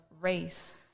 race